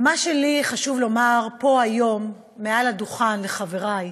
ומה שלי חשוב לומר פה, היום, מעל הדוכן, לחברי,